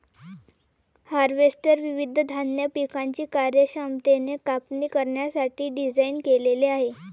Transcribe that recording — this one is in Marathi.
हार्वेस्टर विविध धान्य पिकांची कार्यक्षमतेने कापणी करण्यासाठी डिझाइन केलेले आहे